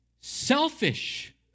selfish